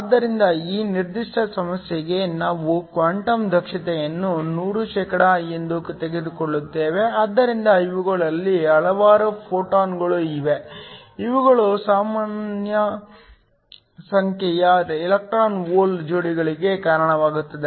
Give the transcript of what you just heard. ಆದರೆ ಈ ನಿರ್ದಿಷ್ಟ ಸಮಸ್ಯೆಗೆ ನಾವು ಕ್ವಾಂಟಮ್ ದಕ್ಷತೆಯನ್ನು 100 ಎಂದು ತೆಗೆದುಕೊಳ್ಳುತ್ತೇವೆ ಆದ್ದರಿಂದ ಇವುಗಳಲ್ಲಿ ಹಲವಾರು ಫೋಟಾನ್ಗಳು ಇವೆ ಇವುಗಳು ಸಮಾನ ಸಂಖ್ಯೆಯ ಎಲೆಕ್ಟ್ರಾನ್ ಹೋಲ್ ಜೋಡಿಗಳಿಗೆ ಕಾರಣವಾಗುತ್ತವೆ